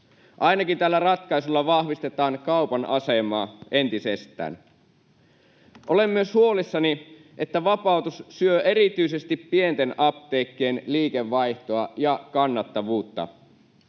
Ainakin tällä ratkaisulla vahvistetaan kaupan asemaa entisestään. Olen myös huolissani, että vapautus syö erityisesti pienten apteekkien liikevaihtoa ja kannattavuutta.